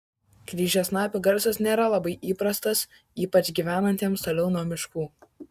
kryžiasnapių garsas nėra labai įprastas ypač gyvenantiems toliau nuo miškų